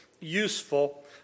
useful